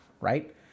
right